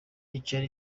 icara